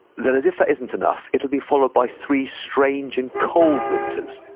then, as if that isn't enough, it will be followed by three strange and cold winters,